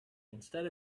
instead